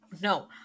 no